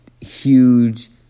huge